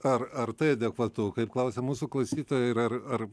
ar ar tai adekvatu kaip klausia mūsų klausytoja ir ar ar